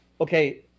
Okay